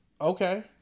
okay